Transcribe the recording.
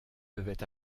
devaient